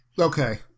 Okay